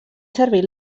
servir